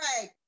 right